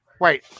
wait